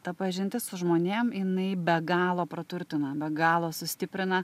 ta pažintis su žmonėm jinai be galo praturtina be galo sustiprina